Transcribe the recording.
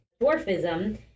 dwarfism